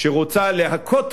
אבל אני באמת רוצה להשלים את